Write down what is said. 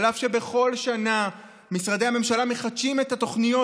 אף שבכל שנה משרדי הממשלה מחדשים את התוכניות